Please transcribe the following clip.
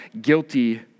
guilty